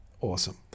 Awesome